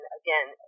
again